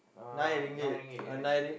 uh nine ringgit nine ringgit